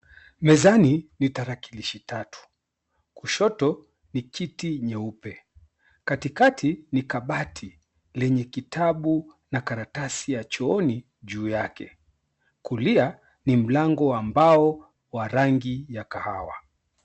Mezani ni tarakilishi tatu. Kushoto ni kiti nyeupe. Katikati ni kabati lenye kitabu na karatasi ya chooni juu yake. Kulia ni mlango wa mbao wa rangi ya kahawa.